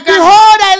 Behold